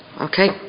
Okay